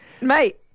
Mate